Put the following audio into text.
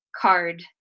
card